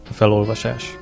felolvasás